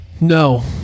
No